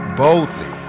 boldly